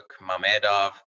Mamedov